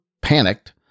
panicked